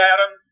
Adam